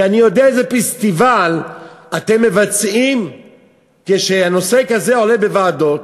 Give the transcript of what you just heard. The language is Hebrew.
כי אני יודע איזה פסטיבל אתם מבצעים כשנושא כזה עולה בוועדות.